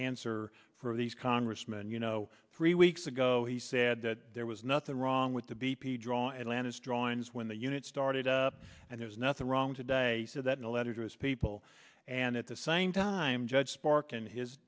answer for these congressman you know three weeks ago he said that there was nothing wrong with the b p drawing atlantis drawings when the unit started up and there's nothing wrong today so that in a letter to his people and at the same time judge spark and his